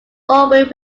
orbit